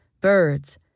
birds